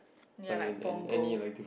near like Punggol